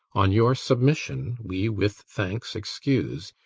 on your submission we with thanks excuse,